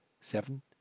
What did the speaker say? seven